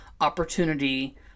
opportunity